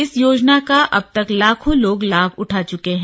इस योजना का अब तक लाखों लोग लाभ ले चुके हैं